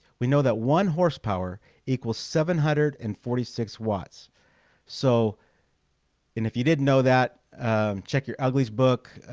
we know that one horse power equals seven hundred and forty six watts so and if you didn't know that check your uglies book